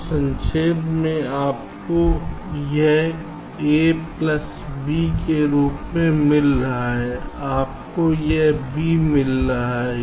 तो संक्षेप में आपको यह a प्लस b के रूप में मिला है आपको यह b मिला है